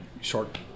short